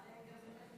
(אומר בערבית: